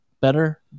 better